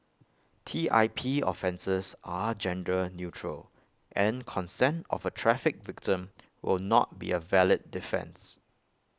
T I P offences are gender neutral and consent of A trafficked victim will not be A valid defence